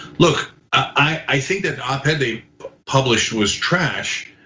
look, i think that op-ed they published was trash.